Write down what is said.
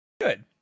Good